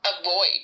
avoid